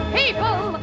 people